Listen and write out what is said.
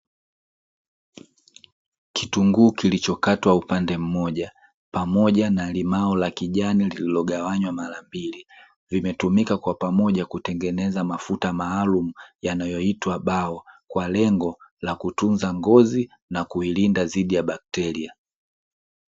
Kitunguu kilichokatwa upande mmoja pamoja na limao la kijani lililogawanywa mara mbili, vimetumika kwa pamoja kutengeneza mafuta maalumu yanayoitwa bau kwa lengo la kutunza ngozi na kuilinda dhidi ya bakteria.